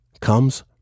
comes